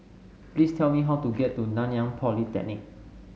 please tell me how to get to Nanyang Polytechnic